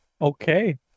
okay